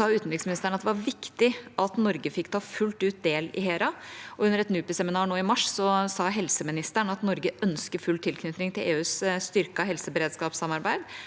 sa utenriksministeren at det var viktig at Norge fikk ta fullt ut del i HERA, og under et NUPI-seminar nå i mars, sa helseministeren at Norge ønsker full tilknytning til EUs styrkede helseberedskapssamarbeid,